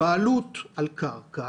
בעלות על קרקע,